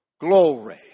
Glory